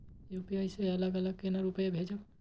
UPI से अलग अलग केना रुपया भेजब